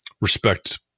respect